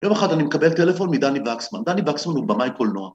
יום אחד אני מקבל טלפון מדני וקסמן, דני וקסמן הוא במאי קולנוע.